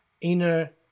inner